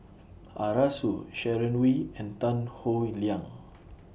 Arasu Sharon Wee and Tan Howe Liang